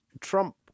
Trump